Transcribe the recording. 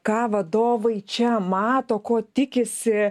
ką vadovai čia mato ko tikisi